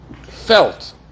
felt